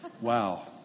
Wow